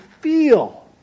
feel